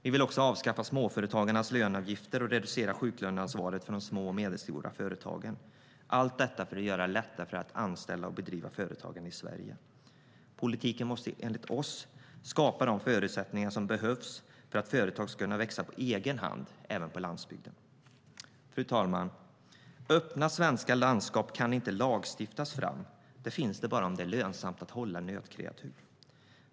Vi vill också avskaffa småföretagens löneavgifter och reducera sjuklöneansvaret för de små och medelstora företagen, allt detta för att göra det lättare att anställa och driva företag i Sverige. Politiken måste enligt oss skapa de förutsättningar som behövs för att företag ska kunna växa på egen hand även på landsbygden. Fru talman! Öppna svenska landskap kan inte lagstiftas fram. De finns bara där om det är lönsamt att hålla nötkreatur.